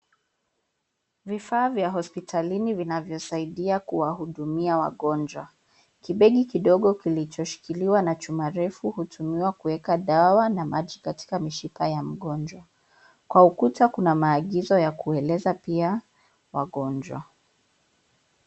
Vifaa vya hospitalini vinavyosaidia kuwahudumia wagonjwa. Kibegi kidogo kinachoshikiliwa na chuma refu hutumiwa kuweka dawa na maji katika mishipa ya mgonjwa. Kwa ukuta kuna maagizo ya kueleza pia wagonjwa.